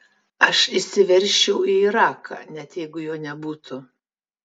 aš įsiveržčiau į iraką net jeigu jo nebūtų